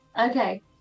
Okay